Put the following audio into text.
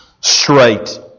straight